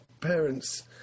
parents